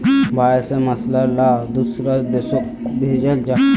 भारत से मसाला ला दुसरा देशोक भेजल जहा